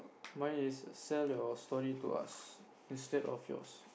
mine is sell your story to us instead of yours